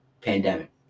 pandemic